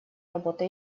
работа